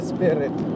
Spirit